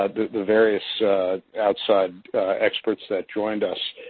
the various outside experts that joined us.